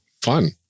fun